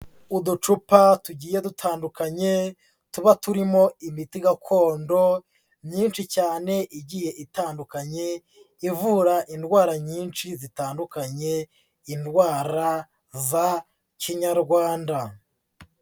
Uducupa tugiye dutandukanye tuba turimo imiti gakondo myinshi cyane igiye itandukanye ivura indwara nyinshi zitandukanye, indwara za kinyarwanda.